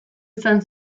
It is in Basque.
izan